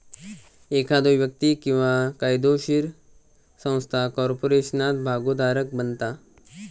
एखादो व्यक्ती किंवा कायदोशीर संस्था कॉर्पोरेशनात भागोधारक बनता